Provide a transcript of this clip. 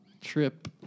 Trip